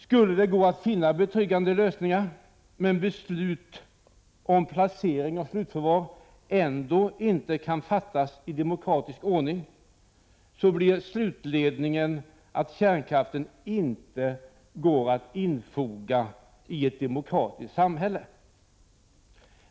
Skulle det gå att finna betryggande lösningar men beslut om placering av det slutförvarade bränslet ändå inte kan fattas i demokratisk ordning, blir slutledningen att kärnkraften inte går att infoga i ett demokratiskt samhälle.